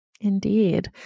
Indeed